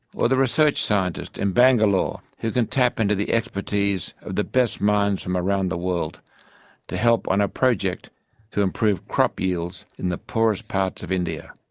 or the research scientist in bangalore who can tap into the expertise of the best minds from around the world to help on a project to improve crop yields in the poorest parts of india.